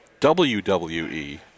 WWE